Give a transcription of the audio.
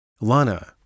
Lana